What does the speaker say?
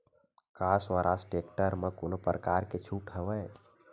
का स्वराज टेक्टर म कोनो प्रकार के छूट हवय?